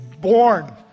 born